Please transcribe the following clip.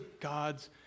God's